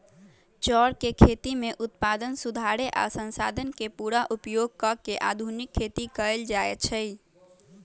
चौर के खेती में उत्पादन सुधारे आ संसाधन के पुरा उपयोग क के आधुनिक खेती कएल जाए छै